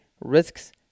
risks